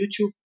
YouTube